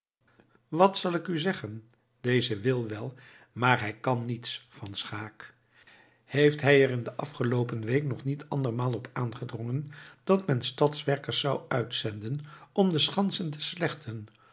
wat zal ik u zeggen deze wil wel maar hij kan niets van schaeck heeft hij er in de afgeloopen week nog niet andermaal op aangedrongen dat men stadswerkers zou uitzenden om de schansen te slechten